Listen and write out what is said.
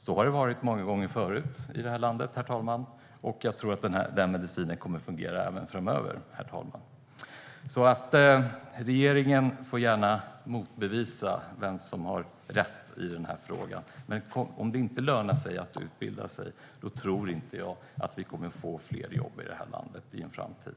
Så har det varit många gånger förut här i landet, herr talman, och jag tror att den medicinen kommer att fungera även framöver. Regeringen får gärna motbevisa i fråga om vem som har räknat i den här frågan. Om det inte lönar sig att utbilda sig tror jag inte att vi kommer att få fler jobb här i landet i en framtid.